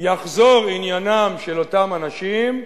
יחזור עניינם של אותם אנשים,